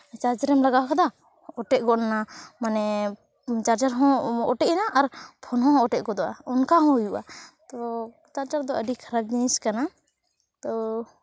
charge ᱨᱮᱢ ᱞᱟᱜᱟᱣ ᱠᱮᱫᱟ ᱚᱴᱮᱡ ᱜᱚᱫ ᱮᱱᱟ ᱢᱟᱱᱮ ᱪᱟᱨᱡᱟᱨ ᱦᱚᱸ ᱚᱴᱮᱡ ᱮᱱᱟ ᱟᱨ ᱯᱷᱳᱱ ᱦᱚᱸ ᱚᱴᱮᱡ ᱜᱚᱫᱚᱜᱼᱟ ᱚᱱᱠᱟ ᱡᱚᱸ ᱦᱩᱭᱩᱜᱼᱟ ᱛᱳ ᱪᱟᱨᱡᱟᱨ ᱫᱚ ᱟᱹᱰᱤ ᱠᱷᱟᱨᱟᱯ ᱡᱤᱱᱤᱥ ᱠᱟᱱᱟ ᱛᱳ